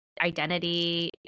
identity